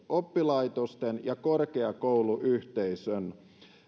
oppilaitosten ja korkeakouluyhteisön